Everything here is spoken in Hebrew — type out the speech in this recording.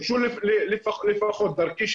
הוגשו לפחות דרכי,